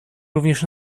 również